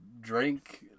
drink